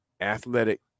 athletic